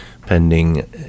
pending